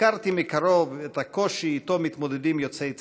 הכרתי מקרוב את הקושי שאיתו מתמודדים יוצאי צד"ל,